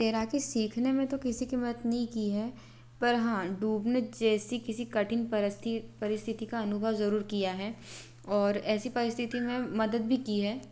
तैराकी सीखने में तो किसी की मदद नहीं की है पर हाँ डूबने जैसी किसी कठिन परस्ती परिस्थिति का अनुभव ज़रूर किया है और ऐसी परिस्थिति में मदद भी की है